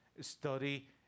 Study